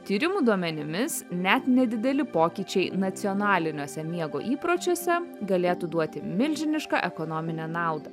tyrimų duomenimis net nedideli pokyčiai nacionaliniuose miego įpročiuose galėtų duoti milžinišką ekonominę naudą